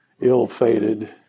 ill-fated